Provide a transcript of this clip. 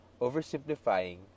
oversimplifying